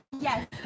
Yes